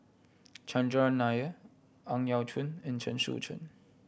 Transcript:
Chandran Nair Ang Yau Choon and Chen Sucheng